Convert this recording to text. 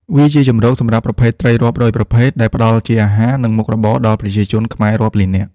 វាជាជម្រកសម្រាប់ប្រភេទត្រីរាប់រយប្រភេទ ដែលផ្តល់ជាអាហារ និងមុខរបរដល់ប្រជាជនខ្មែររាប់លាននាក់។